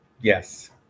yes